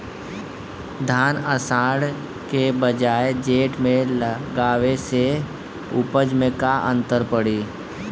धान आषाढ़ के बजाय जेठ में लगावले से उपज में का अन्तर पड़ी?